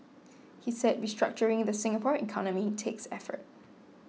he said restructuring the Singapore economy takes effort